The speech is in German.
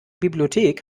bibliothek